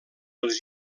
els